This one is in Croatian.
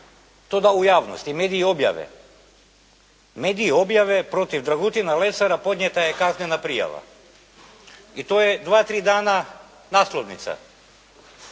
to da u javnost i mediji objave protiv Dragutina Lesara podnijeta je kaznena prijava, i to je dva, tri dana naslovnica,